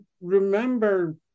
remember